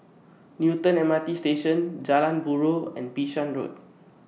Newton M R T Station Jalan Buroh and Bishan Road